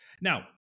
Now